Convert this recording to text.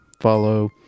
follow